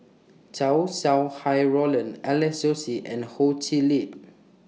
Chow Sau Hai Roland Alex Josey and Ho Chee Lick